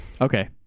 Okay